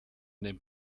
dem